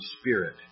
spirit